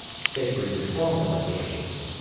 sacred to formal occasions,